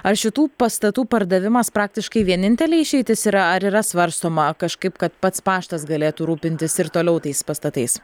ar šitų pastatų pardavimas praktiškai vienintelė išeitis yra ar yra svarstoma kažkaip kad pats paštas galėtų rūpintis ir toliau tais pastatais